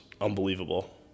unbelievable